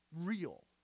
Real